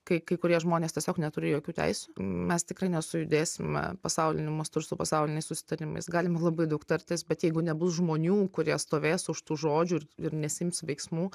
kai kai kurie žmonės tiesiog neturi jokių teisių mes tikrai nesujudėsime pasauliniu mastu ir su pasauliniais susitarimais galime labai daug tartis bet jeigu nebus žmonių kurie stovės už tų žodžių ir nesiims veiksmų